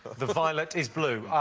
the violet is blue. er,